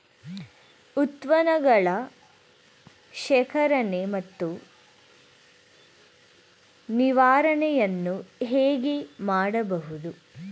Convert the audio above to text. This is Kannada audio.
ಉತ್ಪನ್ನಗಳ ಶೇಖರಣೆ ಮತ್ತು ನಿವಾರಣೆಯನ್ನು ಹೇಗೆ ಮಾಡಬಹುದು?